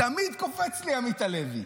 תמיד קופץ לי עמית הלוי.